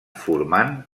formant